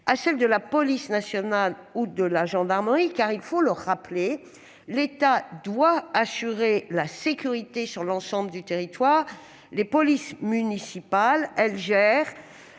à celle de la police nationale ou de la gendarmerie, car, il faut le rappeler, l'État doit assurer la sécurité sur l'ensemble du territoire ; les polices municipales gèrent